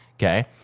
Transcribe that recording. Okay